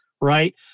right